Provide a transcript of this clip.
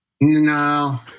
No